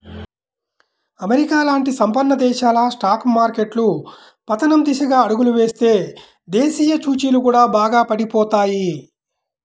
America లాంటి సంపన్న దేశాల స్టాక్ మార్కెట్లు పతనం దిశగా అడుగులు వేస్తే దేశీయ సూచీలు కూడా బాగా పడిపోతాయి